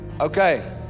Okay